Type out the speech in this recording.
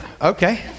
okay